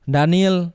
Daniel